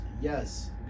yes